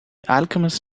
alchemist